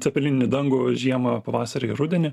cepelininį dangų žiemą pavasarį ir rudenį